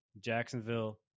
jacksonville